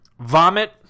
Vomit